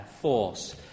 force